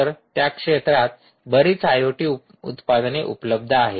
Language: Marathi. तर त्या क्षेत्रात बरीच आयओटी उत्पादने उपलब्ध आहेत